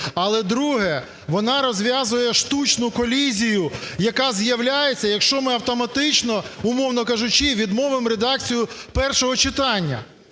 Але, друге, вона розв'язує штучну колізію, яка з'являється, якщо ми автоматично, умовно кажучи, відмовимо редакцію першого читання.